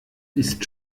ist